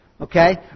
Okay